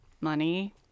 money